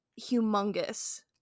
humongous